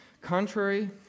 Contrary